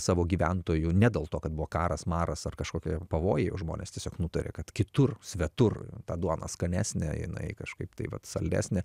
savo gyventojų ne dėl to kad buvo karas maras ar kažkokie pavojai o žmonės tiesiog nutarė kad kitur svetur ta duona skanesnė jinai kažkaip tai vat saldesnė